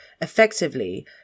effectively